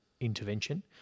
intervention